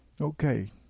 Okay